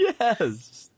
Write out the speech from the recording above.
Yes